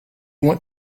want